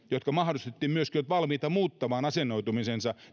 jotka mahdollisesti myöskin ovat valmiita muuttamaan asennoitumisensa